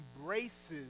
embraces